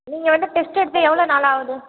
நீங்கள் வந்து டெஸ்ட் எடுத்து எவ்வளோ நாள் ஆகுது